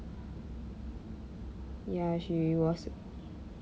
ya she was